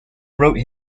wrote